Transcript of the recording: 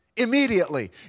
Immediately